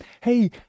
hey